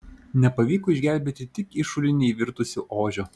nepavyko išgelbėti tik į šulinį įvirtusio ožio